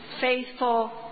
faithful